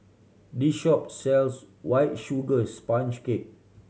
this shop sells White Sugar Sponge Cake